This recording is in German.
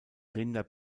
rinder